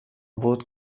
بود